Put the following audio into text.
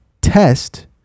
test